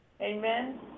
Amen